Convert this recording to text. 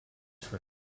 for